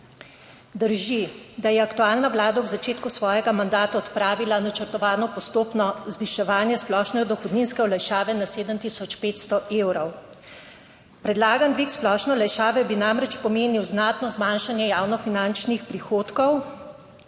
Drži, da je aktualna vlada ob začetku svojega mandata odpravila načrtovano postopno zviševanje splošne dohodninske olajšave na 7 tisoč 500 evrov. Predlagan dvig splošne olajšave bi namreč pomenil znatno zmanjšanje javnofinančnih prihodkov.